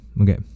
okay